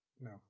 No